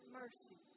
mercy